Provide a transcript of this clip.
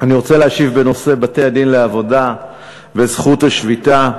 אני רוצה להשיב בנושא בתי-הדין לעבודה וזכות השביתה.